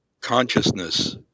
consciousness